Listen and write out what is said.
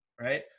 Right